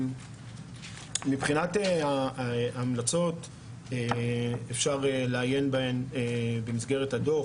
מבחינת ההמלצות - אפשר לעיין בהמלצות במסגרת הדוח